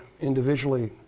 individually